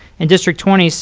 and district twenty,